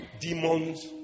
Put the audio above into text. Demons